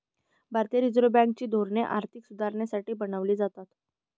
भारतीय Reserve Bank ची धोरणे आर्थिक सुधारणेसाठी बनवली जातात